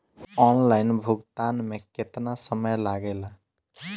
Online भुगतान में केतना समय लागेला?